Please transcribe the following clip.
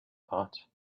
thought